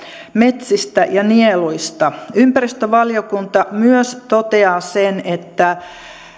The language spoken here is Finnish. metsistä ja nieluista ympäristövaliokunta myös toteaa sen että